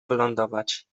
wylądować